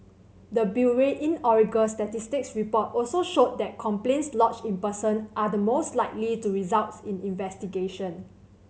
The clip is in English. the bureau's inaugural statistics report also showed that complaints lodged in person are the most likely to result in investigation